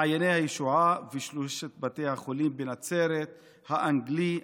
מעייני הישועה ושלושת בתי החולים בנצרת, האנגלי,